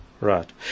Right